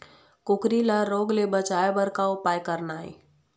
कुकरी ला रोग ले बचाए बर का उपाय करना ये?